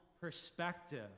perspective